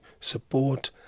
support